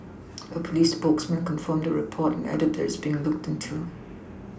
A police spokesman confirmed the report and added that it's being looked into